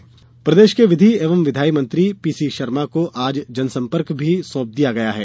PC Sharma प्रदेश के विधि एवं विधायी मंत्री पीसी शर्मा को आज जनसंपर्क विभाग भी सौंप दिया गया है